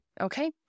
okay